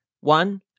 One